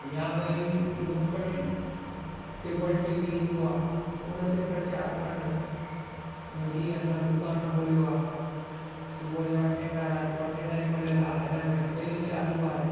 या भई local cable TV ईंदो आहे उन ते प्रचार कनि भई हीअ असां दुकान खोलियो आहे सुबुह जो अठे खां रात जे अठे ताईं खुलियलु आहे हिन में सेल चालू आहे